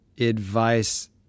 advice